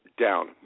down